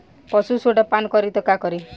पशु सोडा पान करी त का करी?